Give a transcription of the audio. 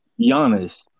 Giannis